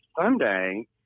Sunday